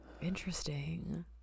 interesting